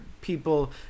people